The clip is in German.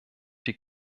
die